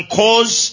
cause